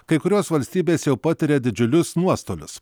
kai kurios valstybės jau patiria didžiulius nuostolius